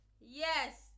Yes